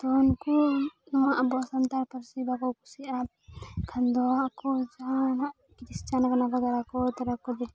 ᱛᱚ ᱩᱱᱠᱩ ᱱᱚᱣᱟ ᱟᱵᱚᱣᱟᱜ ᱥᱟᱱᱛᱟᱲ ᱯᱟᱹᱨᱥᱤ ᱵᱟᱠᱚ ᱠᱩᱥᱤᱭᱟᱜᱼᱟ ᱠᱷᱟᱱ ᱫᱚ ᱟᱠᱚ ᱡᱟᱦᱟᱱᱟᱜ ᱠᱷᱨᱤᱥᱪᱟᱱ ᱠᱟᱱᱟ ᱠᱚ ᱛᱟᱨᱟ ᱠᱚ